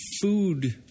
food